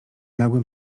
nagłym